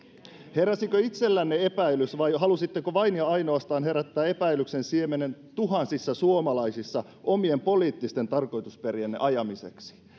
heräsikö itsellänne epäilys vai halusitteko vain ja ainoastaan herättää epäilyksen siemenen tuhansissa suomalaisissa omien poliittisten tarkoitusperienne ajamiseksi